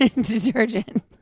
detergent